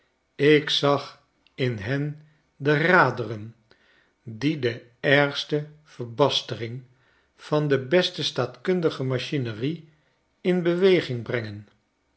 ik zag in hen de raderen die de ergste verbastering van de beste staatkundige machinerie in beweging brengen